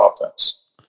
offense